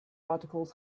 articles